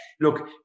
look